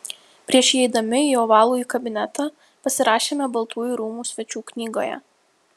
prieš įeidami į ovalųjį kabinetą pasirašėme baltųjų rūmų svečių knygoje